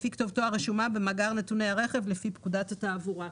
לפי כתובתו הרשומה במאגר נתוני הרכב לפי פקודת התעבורה.